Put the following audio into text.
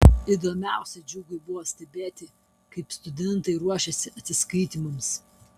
įdomiausia džiugui buvo stebėti kaip studentai ruošiasi atsiskaitymams